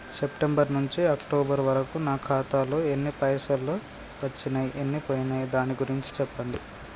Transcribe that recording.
September నుంచి October వరకు నా ఖాతాలో ఎన్ని పైసలు వచ్చినయ్ ఎన్ని పోయినయ్ దాని గురించి చెప్పండి?